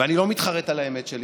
ואני לא מתחרט על האמת שלי